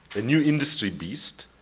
a new industry beast,